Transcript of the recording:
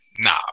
Nah